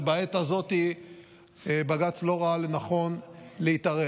ובעת הזאת בג"ץ לא ראה לנכון להתערב,